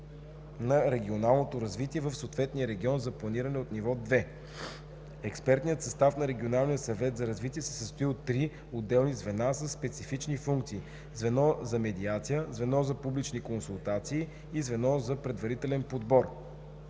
на регионалното развитие в съответния регион за планиране от ниво 2. Експертният състав на регионалния съвет за развитие се състои от три отделни звена със специфични функции: звено за медиации, звено за публични консултации и звено за предварителен подбор.